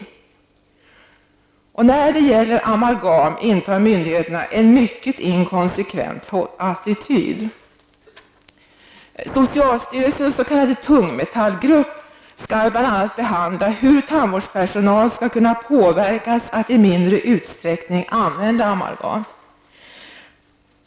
När det gäller amalgam intar myndigheterna en mycket inkonsekvent attityd. Socialstyrelsens s.k. tungmetallgrupp skall bl.a. behandla frågan om hur tandvårdspersonal skall kunna påverkas att i mindre utsträckning använda amalgam.